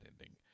ending